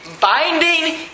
binding